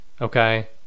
Okay